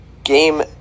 Game